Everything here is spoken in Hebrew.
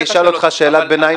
אני אשאל אותך שאלת ביניים.